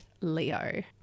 Leo